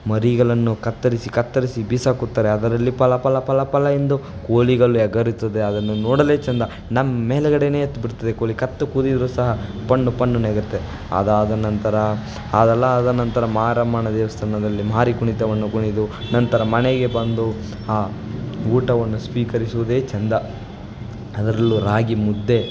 ಮರಿಗಳನ್ನು ಕತ್ತರಿಸಿ ಕತ್ತರಿಸಿ ಬಿಸಾಕುತ್ತಾರೆ ಅದರಲ್ಲಿ ಪಲ ಪಲ ಪಲ ಪಲ ಎಂದು ಕೋಳಿಗಳು ಎಗರುತ್ತದೆ ಅದನ್ನು ನೋಡಲೇ ಚಂದ ನಮ್ಮ ಮೇಲ್ಗಡೆಯೇ ಎತ್ತಿಬಿಡ್ತದೆ ಕೋಳಿ ಕತ್ತು ಕುಯ್ದಿದ್ದರೂ ಸಹ ಪಣ್ಣು ಪಣ್ಣುನ್ ಎಗರುತ್ತೆ ಅದಾದ ನಂತರ ಅದೆಲ್ಲ ಆದ ನಂತರ ಮಾರಮ್ಮನ ದೇವಸ್ಥಾನದಲ್ಲಿ ಮಾರಿ ಕುಣಿತವನ್ನು ಕುಣಿದು ನಂತರ ಮನೆಗೆ ಬಂದು ಆ ಊಟವನ್ನು ಸ್ವೀಕರಿಸುವುದೇ ಚಂದ ಅದರಲ್ಲೂ ರಾಗಿ ಮುದ್ದೆ